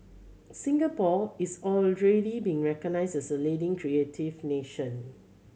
Singapore is already being recognised as a leading creative nation